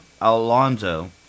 Alonso